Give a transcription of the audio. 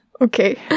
Okay